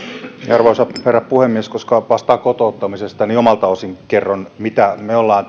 arvoisa herra puhemies koska vastaan kotouttamisesta niin omalta osin kerron mitä me olemme